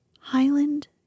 Highland